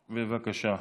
בבקשה.